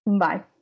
Bye